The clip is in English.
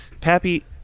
Pappy